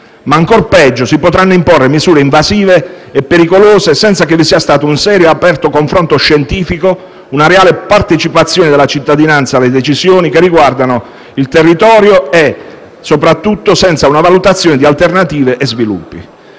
è che si potranno imporre misure invasive e pericolose senza che vi siano stati un serio e aperto confronto scientifico, una reale partecipazione della cittadinanza alle decisioni che riguardano il territorio né una valutazione di alternative e sviluppi.